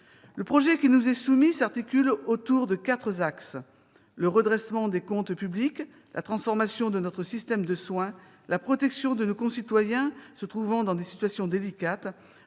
de la sécurité sociale s'articule autour de quatre axes : le redressement des comptes publics, la transformation de notre système de soins, la protection de nos concitoyens se trouvant dans des situations délicates